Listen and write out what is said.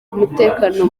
umutekano